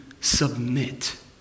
submit